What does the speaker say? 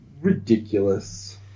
Ridiculous